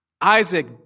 Isaac